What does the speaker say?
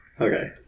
Okay